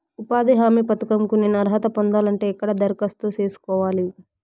ఉపాధి హామీ పథకం కు నేను అర్హత పొందాలంటే ఎక్కడ దరఖాస్తు సేసుకోవాలి?